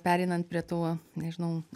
pereinant prie tų nežinau